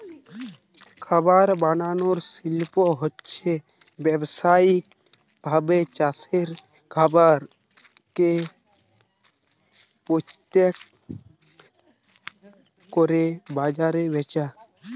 খাবার বানানার শিল্প হচ্ছে ব্যাবসায়িক ভাবে চাষের খাবার কে প্রস্তুত কোরে বাজারে বেচা